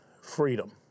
freedom